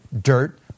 dirt